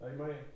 Amen